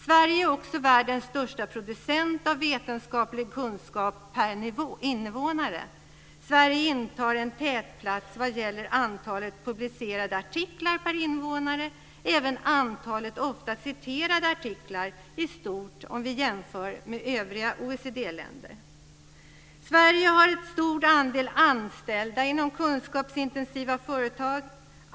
Sverige är också världens största producent av vetenskaplig kunskap per invånare. Sverige intar en tätplats vad gäller antalet publicerade artiklar per invånare. Även antalet ofta citerade artiklar är stort om vi jämför med övriga OECD-länder. Sverige har en stor andel anställda inom kunskapsintensiva företag.